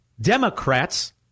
Democrats